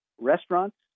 restaurants